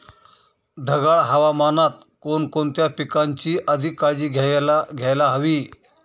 ढगाळ हवामानात कोणकोणत्या पिकांची अधिक काळजी घ्यायला हवी?